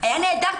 "היה נהדר.